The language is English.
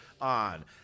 on